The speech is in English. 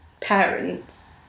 parents